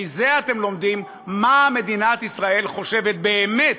מזה אתם לומדים מה מדינת ישראל חושבת באמת